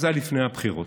זה היה לפני הבחירות.